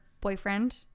boyfriend